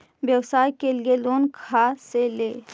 व्यवसाय के लिये लोन खा से ले?